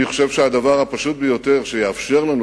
אני חושב שהדבר הפשוט ביותר שיאפשר לנו